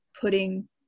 putting